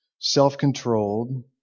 Self-controlled